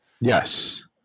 Yes